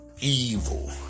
evil